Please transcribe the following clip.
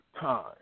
time